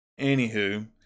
anywho